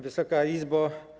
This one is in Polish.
Wysoka Izbo!